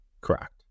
Correct